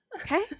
Okay